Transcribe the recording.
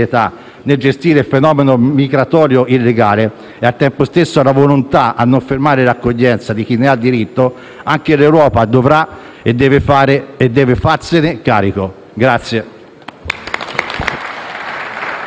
nel gestire il fenomeno migratorio illegale e al tempo stesso la volontà a non fermare l'accoglienza di chi ne ha diritto, anche l'Europa dovrà farsene carico.